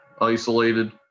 isolated